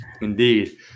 Indeed